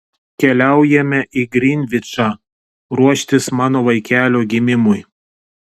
keliaujame į grinvičą ruoštis mano vaikelio gimimui